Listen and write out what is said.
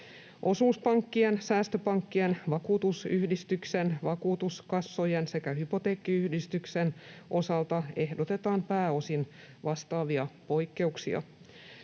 Osuuspankkien, säästöpankkien, vakuutusyhdistysten, vakuutuskassojen sekä Hypoteekkiyhdistyksen osalta ehdotetaan pääosin vastaavia poikkeuksia.